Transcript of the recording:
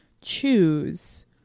choose